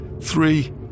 three